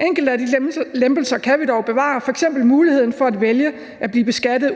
Enkelte af de lempelser kan vi dog bevare, f.eks. muligheden for at vælge at blive beskattet